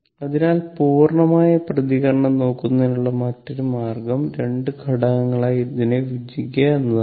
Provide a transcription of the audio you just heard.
അതിനാൽ പൂർണ്ണമായ പ്രതികരണം നോക്കുന്നതിനുള്ള മറ്റൊരു മാർഗ്ഗം രണ്ട് ഘടകങ്ങളായി ഇതിനെ വിഭജിക്കുക എന്നതാണ്